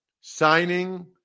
signing